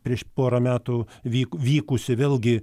prieš porą metų vyk vykusį vėlgi